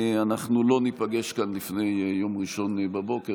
אנחנו לא ניפגש כאן לפני יום ראשון בבוקר,